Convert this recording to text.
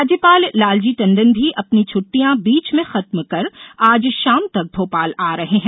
राज्यपाल लालजी टंडन भी अपनी छुटिटयां बीच में खत्म कर आज शाम तक भोपाल आ रहे है